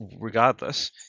regardless